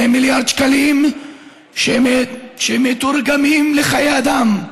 2 מיליארד שקלים שמתורגמים לחיי אדם.